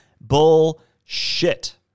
Bullshit